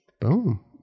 Boom